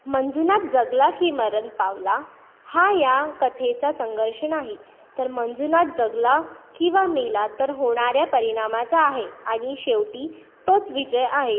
मंजुनात जगला की मरण पावला हा या कथेचा संघर्ष नाही तर मंजुनात जगला किंवा मेला तर होणाऱ्या परिणामाचा आहे आणि शेवटी तोच विजय आहे